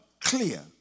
clear